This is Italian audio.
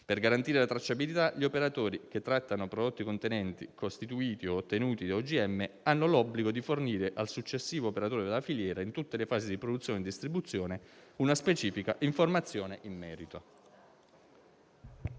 Per garantire la tracciabilità gli operatori che trattano prodotti contenenti, costituiti o ottenuti da OGM hanno l'obbligo di fornire al successivo operatore della filiera, in tutte le fasi di produzione e distribuzione, una specifica informazione in merito.